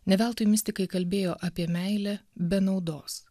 ne veltui mistikai kalbėjo apie meilę be naudos